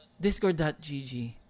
discord.gg